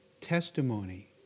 testimony